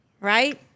right